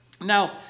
Now